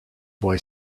boy